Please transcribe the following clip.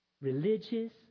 religious